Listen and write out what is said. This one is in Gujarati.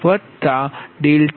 5686109